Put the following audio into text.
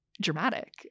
dramatic